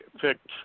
picked